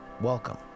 welcome